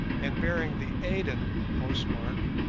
and bearing the aden postmark,